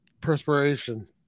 perspiration